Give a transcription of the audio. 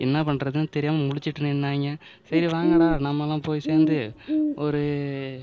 என்ன பண்ணுறதுன்னு தெரியாமல் முழிச்சிட்டு நின்னாங்க சரி வாங்கடா நம்மலாம் போய் சேர்ந்து ஒரு